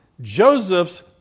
Joseph's